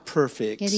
perfect